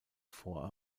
fort